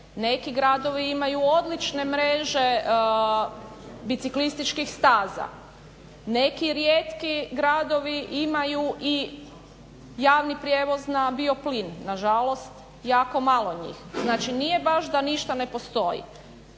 neki gradovi imaju odlične mreže biciklističkih staza, neki rijetki gradovi imaju i javni prijevoz na bioplin. Nažalost jako malo njih. Znači nije baš da ništa ne postoji.